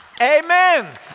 Amen